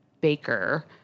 baker